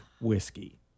whiskey